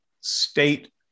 state